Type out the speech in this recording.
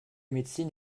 médecine